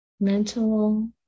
Mental